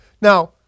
now